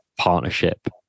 partnership